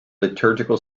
liturgical